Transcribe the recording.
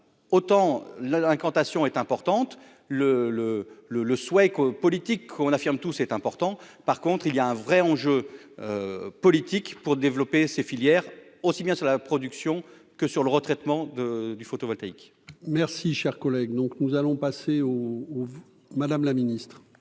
autant l'incantation est importante, le le le le souhait que politique, on affirme tout c'est important, par contre, il y a un vrai enjeu politique pour développer ces filières, aussi bien sur la production que sur le retraitement de du photovoltaïque. Merci, cher collègue, donc nous allons passer au au, Madame la Ministre.